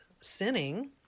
sinning